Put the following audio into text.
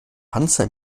panzer